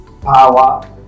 power